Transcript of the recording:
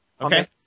Okay